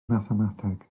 mathemateg